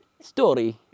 story